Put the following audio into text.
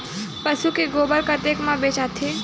पशु के गोबर कतेक म बेचाथे?